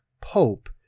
pope